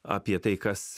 apie tai kas